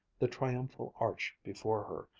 the triumphal arch before her,